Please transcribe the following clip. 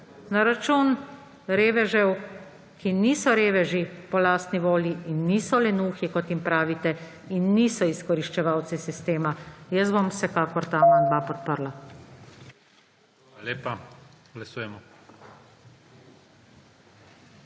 na račun revežev, ki niso reveži po lastni volji in niso lenuhi, kot jim pravite, in niso izkoriščevalci sistema. Jaz bom vsekakor ta amandma podprla. **PREDSEDNIK